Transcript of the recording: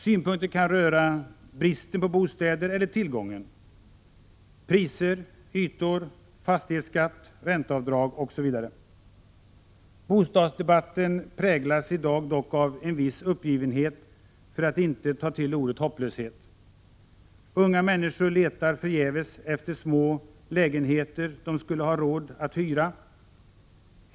Synpunkterna kan röra bristen på bostäder eller tillgången på bostäder, priser, ytor, fastighetsskatten, ränteavdragen osv. Bostadsdebatten präglas i dag dock av en viss uppgivenhet, för att inte ta till ordet hopplöshet. Unga människor letar förgäves efter små lägenheter som de skulle ha råd att hyra.